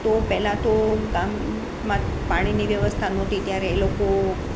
તો પહેલા તો ગામમાં પાણીની વ્યવસ્થા નહોતી ત્યારે એ લોકો